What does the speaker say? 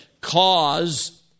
cause